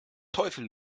teufel